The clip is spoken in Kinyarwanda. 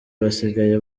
basigaye